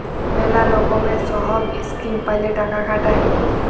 ম্যালা লকমের সহব ইসকিম প্যালে টাকা খাটায়